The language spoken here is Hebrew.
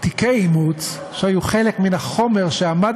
תיקי האימוץ שהיו חלק מן החומר שעמד